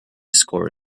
score